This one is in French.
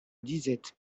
disette